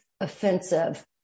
offensive